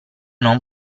non